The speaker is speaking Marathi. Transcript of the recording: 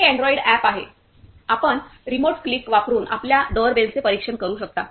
येथे अँड्रॉइड अॅप आहे आपण रिमोट क्लिक वापरून आपल्या डोरबेलचे परीक्षण करू शकता